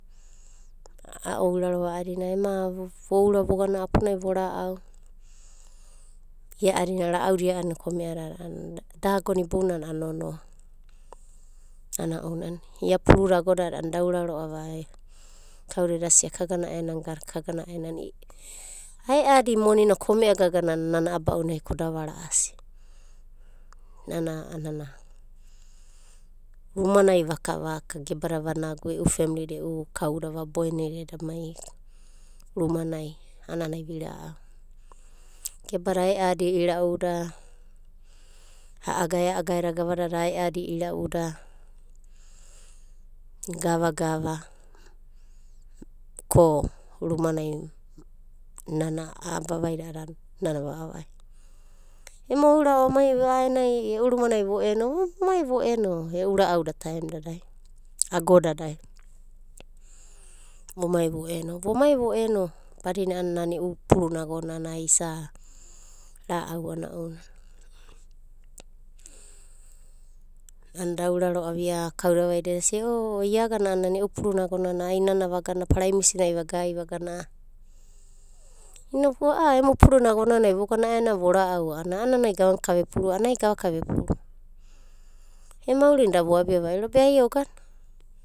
A'ourarova a'adina ema voura vogana apunai vora'au ia'adina ra'auda ia'adina kome'adada da agona ibounanai a'ana nonoa. Ana ounanai ia puruda agodada a'ana da aura ro'ava kauda edasia kagana a'aenanai ae'adi monina kome'agagana na nana aba'unai ko da vara'asi. Nana a'anana rumanai vaka vaka gebada vanagu e'u femli da vaboenida, e'u kauda vaboenida edamai rumanai a'anai virau'au. Gebada ae'adi ira'uda a'agae a'agae da gavadada ae'adi ira'uda, gava gava ko onai nana a'a vavaida a'ada nana vavavai. Ema ourava omaiva aenai e'u rumanai vo'eno, vomai vo'eno e'u ra'auda raem dadai vomai vo'eno. Vomai vo'eno badina i'inana nana e'u pururna agonana isa ra'au ana ounanai. Nana da aura ro'ava ia kauda vaida edasia o # iagana a'anana nana e'u puruna agonana nana vagana paraimisinai vagai vagana inokai a'a emu puruna agonanai voga a'aenanai vora'au a'ananai gavanka vepuru a'anai gavaka vepuru. Emu maurina da voabia va'iro, be ai ogana.